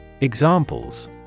Examples